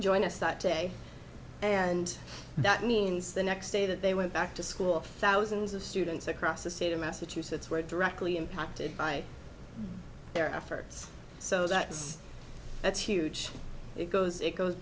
join us that day and that means the next day that they went back to school thousands of students across the state of massachusetts were directly impacted by their efforts so that that's huge it goes it goes